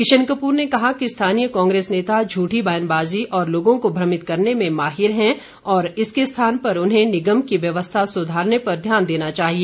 किशन कपूर ने कहा कि स्थानीय कांग्रेस नेता झूठी बयानबाज़ी और लोगों को भ्रमित करने में माहिर हैं और इसके स्थान पर उन्हें निगम की व्यवस्था सुधारने पर ध्यान देना चाहिए